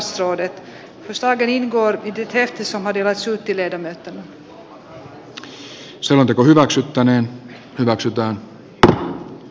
tämän johdosta eduskunta toteaa että hallitus ei nauti eduskunnan luottamusta